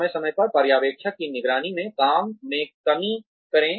समय समय पर पर्यवेक्षण की निगरानी के काम में कमी करें